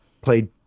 played